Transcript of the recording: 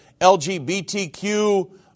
LGBTQ